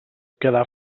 quedar